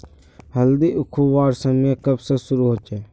हल्दी उखरवार समय कब से शुरू होचए?